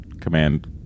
command